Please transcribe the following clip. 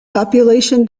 population